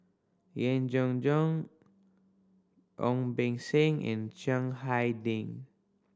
Yeen Jenn Jong Ong Beng Seng and Chiang Hai Ding